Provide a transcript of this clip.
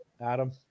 Adam